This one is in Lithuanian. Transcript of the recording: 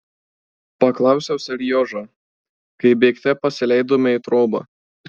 paklausiau seriožą kai bėgte pasileidome į trobą